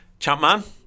Champman